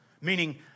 meaning